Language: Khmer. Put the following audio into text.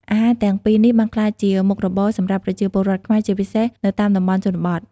អាហារទាំងពីរនេះបានក្លាយជា មុខរបរ សម្រាប់ប្រជាពលរដ្ឋខ្មែរ ជាពិសេសនៅតាមតំបន់ជនបទ។